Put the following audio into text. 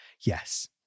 yes